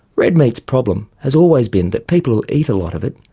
red meat's problem has always been that people eat a lot of it,